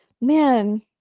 man